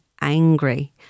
angry